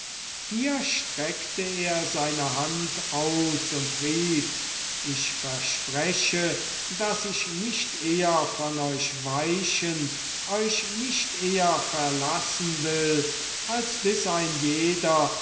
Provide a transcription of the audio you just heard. hier streckte er seine hand aus und rief ich verspreche daß ich nicht eher von euch weichen euch nicht eher verlassen will als bis ein jeder